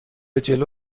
جلو